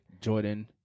Jordan